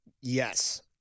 Yes